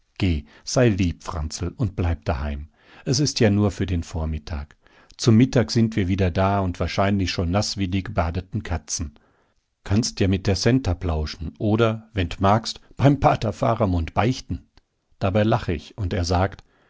sei lieb franzl und bleib daheim es ist ja nur für den vormittag zum mittag sind wir wieder da und wahrscheinlich schon naß wie die gebadeten katzen kannst ja mit der centa plauschen oder wenn d magst beim pater faramund beichten dabei lach ich und er sagt